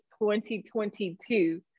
2022